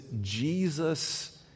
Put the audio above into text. Jesus